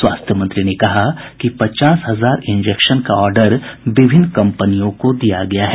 स्वास्थ्य मंत्री ने कहा कि पचास हजार इंजेक्शन का ऑर्डर विभिन्न कम्पनियों को दिया गया है